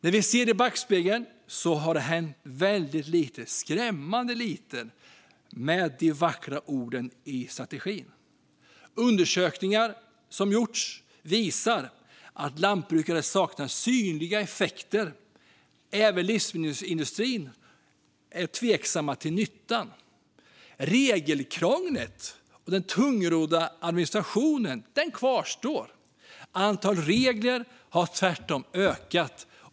När vi tittar i backspegeln ser vi att det har hänt väldigt lite, skrämmande lite, med de vackra orden i strategin. Undersökningar som gjorts visar att lantbrukare saknar synliga effekter. Även livsmedelsindustrin är tveksam till nyttan. Regelkrånglet och den tungrodda administrationen kvarstår. Antalet regler har ökat.